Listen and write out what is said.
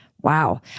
wow